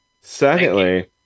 Secondly